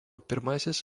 pirmasis